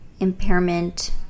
impairment